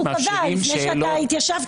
זה מה שהוא קבע לפני שאתה התיישבת.